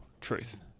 truth